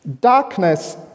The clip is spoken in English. Darkness